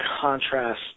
contrast